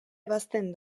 ebazten